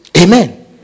Amen